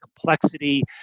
complexity